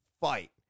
fight